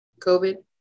COVID